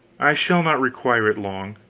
i shall not require it long.